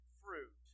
fruit